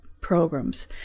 programs